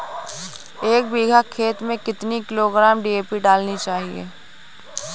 एक बीघा खेत में कितनी किलोग्राम डी.ए.पी डालनी चाहिए?